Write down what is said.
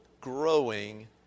growing